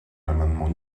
l’amendement